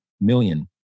million